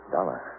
Dollar